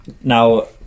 now